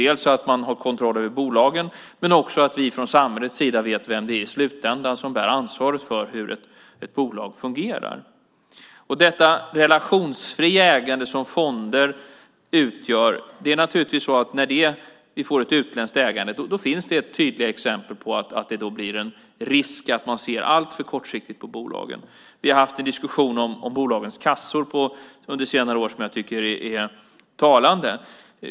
Det handlar om att man har kontroll över bolagen men också om att vi från samhällets sida vet vem det är i slutändan som bär ansvaret för hur ett bolag fungerar. När det gäller det relationsfria ägande som fonder utgör finns det när vi får ett utländskt ägande tydliga exempel på att det blir en risk att man ser alltför kortsiktigt på bolagen. Vi har haft en diskussion om bolagens kassor under senare år som jag tycker är talande.